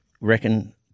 reckon –